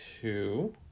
two